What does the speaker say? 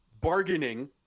bargaining